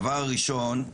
דבר ראשון,